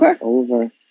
over